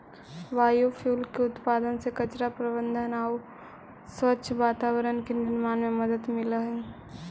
biofuel के उत्पादन से कचरा प्रबन्धन आउ स्वच्छ वातावरण के निर्माण में मदद मिलऽ हई